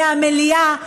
מהמליאה,